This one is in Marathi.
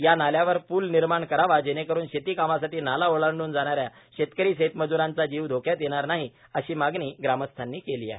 या नाल्यावर पूल निर्माण करावा जेणेकरून शेतीकामासाठी नाला ओलांडून जाणाऱ्या शेतकरी शेतमज्रांचा जीव धोक्यात येणार नाही अशी मागणी ग्रामस्थांनी केली आहे